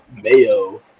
Mayo